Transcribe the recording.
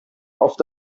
oft